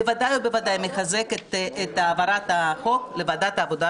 בוודאי ובוודאי מחזק את העברת החוק לוועדת העבודה,